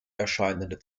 erscheinende